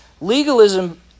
Legalism